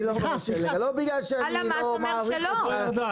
לא בגלל שאני לא מעריך אותך,